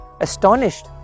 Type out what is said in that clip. astonished